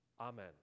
Amen